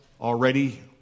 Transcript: already